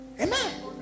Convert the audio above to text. Amen